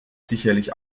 sicherlich